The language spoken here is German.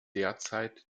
derzeit